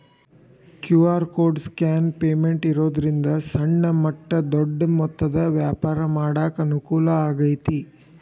QR code scan payment ಇರೋದ್ರಿಂದ ಸಣ್ಣ ಮಟ್ಟ ದೊಡ್ಡ ಮೊತ್ತದ ವ್ಯಾಪಾರ ಮಾಡಾಕ ಅನುಕೂಲ ಆಗೈತಿ